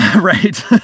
Right